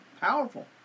powerful